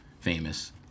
famous